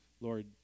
Lord